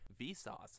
Vsauce